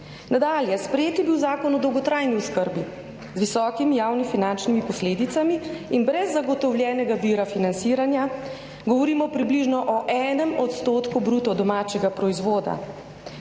Nadalje, sprejet je bil Zakon o dolgotrajni oskrbi. Z visokimi javnofinančnimi posledicami in brez zagotovljenega vira financiranja govorimo o približno 1 % bruto domačega proizvoda,